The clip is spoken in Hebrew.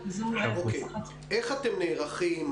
איך אתם נערכים?